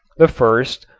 the first,